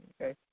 okay